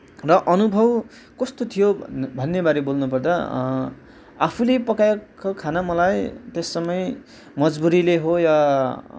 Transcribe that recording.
र अनुभव कस्तो थियो भन्नेबारे बोल्नुपर्दा आफूले पकाएको खाना मलाई त्यस समय मजबुरीले हो या